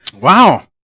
Wow